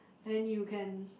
then you can